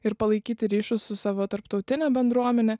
ir palaikyti ryšius su savo tarptautine bendruomene